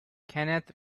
kenneth